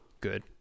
Good